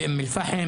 באום אל פחם,